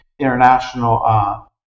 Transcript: international